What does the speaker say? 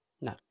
No